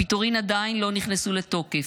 הפיטורין עדיין לא נכנסו לתוקף,